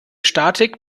statik